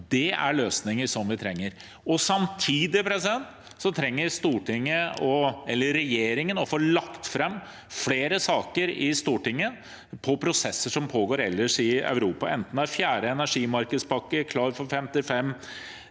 Det er løsninger vi trenger. Samtidig trenger regjeringen å få lagt fram flere saker i Stortinget om prosesser som pågår ellers i Europa, enten det er fjerde energimarkedspakke, Klar for 55, REPower